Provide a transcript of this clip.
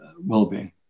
well-being